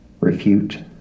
refute